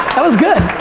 that was good.